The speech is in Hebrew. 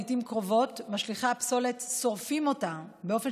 לעיתים קרובות משליכי הפסולת שורפים אותה באופן